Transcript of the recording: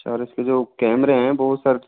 चार इसके जो कैमरे है वो सर